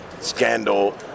Scandal